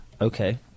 Okay